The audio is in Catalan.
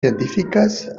científiques